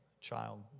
child